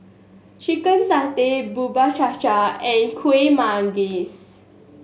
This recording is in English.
chicken satay Bubur Cha Cha and Kuih Manggis